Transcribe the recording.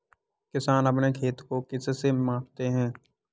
किसान अपने खेत को किससे मापते हैं?